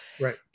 Right